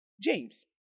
James